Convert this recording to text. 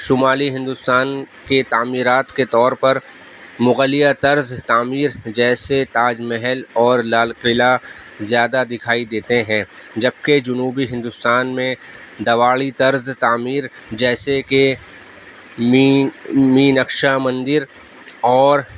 شمالی ہندوستان کے تعمیرات کے طور پر مغلیہ طرز تعمیر جیسے تاج محل اور لال قلعہ زیادہ دکھائی دیتے ہیں جبکہ جنوبی ہندوستان میں دڑواڑی طرز تعمیر جیسے کہ مینقشا مندر اور